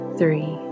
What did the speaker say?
three